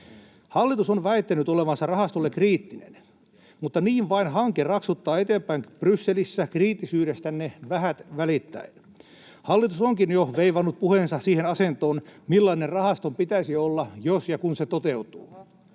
Hallitus on väittänyt olevansa rahastolle kriittinen, mutta niin vain hanke raksuttaa eteenpäin Brysselissä kriittisyydestänne vähät välittäen. Hallitus onkin jo veivannut puheensa siihen asentoon, että millainen rahaston pitäisi olla jos ja kun se toteutuu.